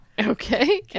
okay